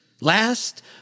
Last